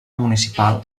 municipal